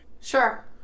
Sure